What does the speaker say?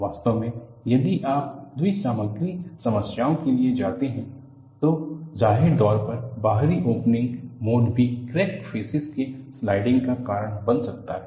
वास्तव में यदि आप द्वि सामग्री समस्याओं के लिए जाते हैं तो जाहिर तौर पर बाहरी ओपेनिंग मोड भी क्रैक फ़ेसिस के स्लाइडिंग का कारण बन सकता है